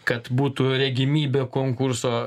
kad būtų regimybė konkurso